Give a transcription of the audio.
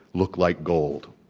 look like gold.